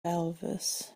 elvis